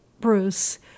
Bruce